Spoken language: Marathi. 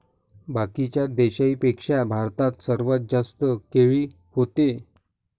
बाकीच्या देशाइंपेक्षा भारतात सर्वात जास्त केळी व्हते